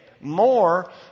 more